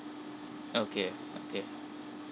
okay okay